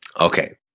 Okay